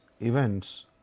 events